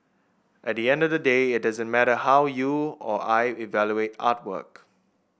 at the end of the day it doesn't matter how you or I evaluate artwork